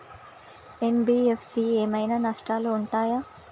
NBFC ఏమైనా నష్టాలు ఉంటయా?